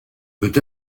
peut